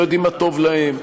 שלא יודעים מה טוב להם.